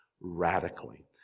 radically